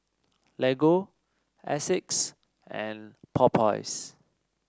Lego Asics and Popeyes